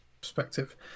perspective